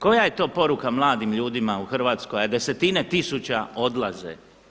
Koja je to poruka mladim ljudima u Hrvatskoj a desetine tisuća odlaze?